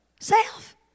self